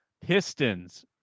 Pistons